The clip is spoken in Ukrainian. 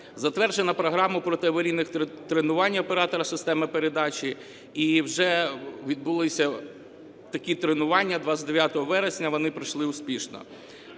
Затверджена програма протиаварійних тренувань оператора системи передачі, і вже відбулися такі тренування 29 вересня, вони пройшли успішно.